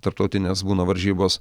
tarptautinės būna varžybos